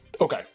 Okay